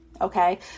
Okay